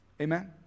Amen